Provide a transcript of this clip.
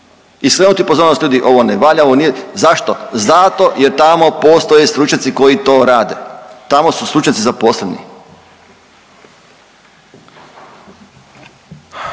i skrenuti pozornost, ljudi ovo ne valja. Zašto? Jer tamo postoje stručnjaci koji to rade, tamo su stručnjaci zaposleni.